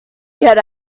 get